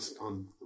on